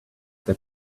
that